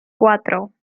cuatro